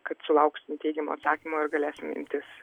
kad sulauksim teigiamo atsakymo ir galėsim imtis